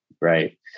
right